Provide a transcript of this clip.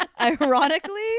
Ironically